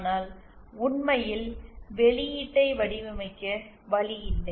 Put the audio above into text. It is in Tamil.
ஆனால் உண்மையில் வெளியீட்டை வடிவமைக்க வழி இல்லை